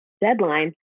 deadline